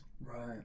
Right